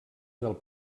del